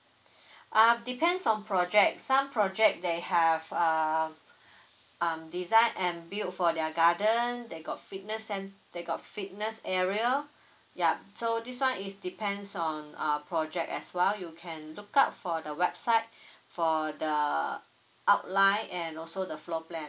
um depends on project some project they have uh um design and built for their garden they got fitness cent~ they got fitness area ya so this one is depends on ah project as well you can look out for the website for the outline and also the floor plan